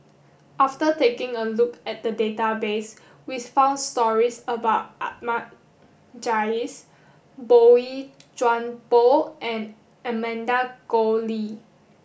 after taking a look at the database we found stories about Ahmad Jais Boey Chuan Poh and Amanda Koe Lee